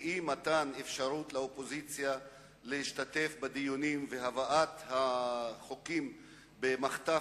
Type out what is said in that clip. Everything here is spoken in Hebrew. ואי-מתן אפשרות לאופוזיציה להשתתף בדיונים והבאת החוקים במחטף,